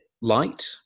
light